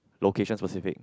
location specific